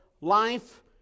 life